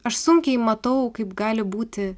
aš sunkiai matau kaip gali būti